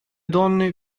donne